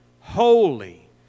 holy